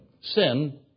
Sin